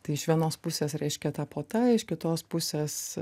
tai iš vienos pusės reiškia ta puota iš kitos pusės